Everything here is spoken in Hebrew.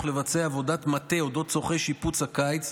לבצע עבודת מטה על צורכי שיפוץ הקיץ,